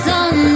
on